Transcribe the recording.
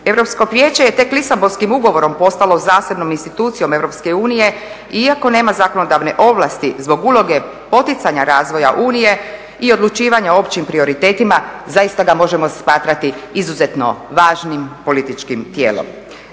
Europsko vijeće je tek Lisabonskim ugovorom postalo zasebnom institucijom Europske unije, iako nema zakonodavne ovlasti zbog uloge poticanja razvoja Unije i odlučivanja o općim prioritetima, zaista ga možemo smatrati izuzetno važnim političkim tijelom.